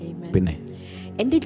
Amen